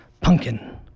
Pumpkin